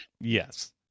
Yes